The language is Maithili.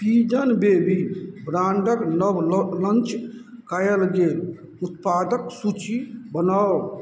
पिजन बेबी ब्रांडक नव लॉन्च कयल गेल उत्पादक सूची बनाउ